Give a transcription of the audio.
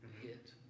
hit